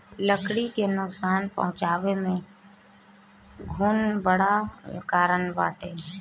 लकड़ी के नुकसान पहुंचावे में घुन बड़ कारण बाटे